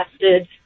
tested